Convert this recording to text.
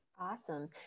Awesome